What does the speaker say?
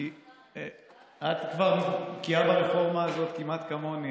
את כבר בקיאה ברפורמה הזאת כמעט כמוני,